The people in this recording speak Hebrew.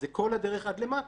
זה כל הדרך עד למטה.